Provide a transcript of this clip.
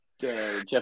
Jeff